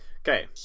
Okay